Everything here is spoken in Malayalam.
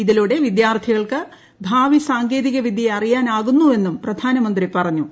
അതിലൂടെ വിദ്യാർത്ഥികൾക്ക് ഭാവി സാങ്കേതികവിദ്യയെ അ ിയാൻ ആകുന്നുവെന്നും പ്രധാനമന്ത്രി പറഞ്ഞു